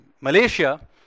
Malaysia